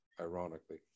ironically